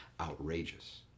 outrageous